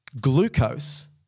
glucose